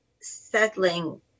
settling